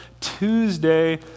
Tuesday